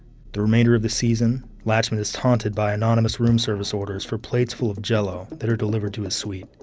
the remainder of the season, lachemann is haunted by anonymous room service orders for plates full of jell-o that are delivered to his suite.